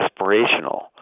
aspirational